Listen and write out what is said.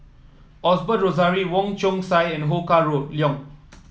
Osbert Rozario Wong Chong Sai and Ho Kah Leong